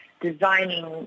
designing